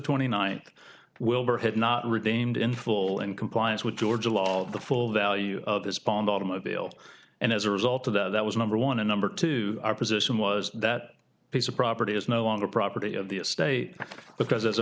twenty ninth wilbur had not retained in full in compliance with georgia law of the full value of this pond automobile and as a result of that was number one and number two our position was that piece of property is no longer a property of the estate because as a